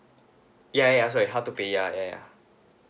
ya ya sorry how to pay ya ya ya